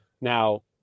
Now